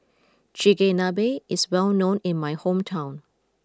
Chigenabe is well known in my hometown